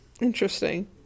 Interesting